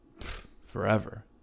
forever